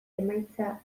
emaitza